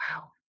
wow